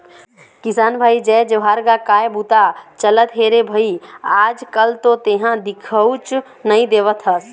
किसान भाई जय जोहार गा काय बूता चलत हे रे भई आज कल तो तेंहा दिखउच नई देवत हस?